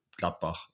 Gladbach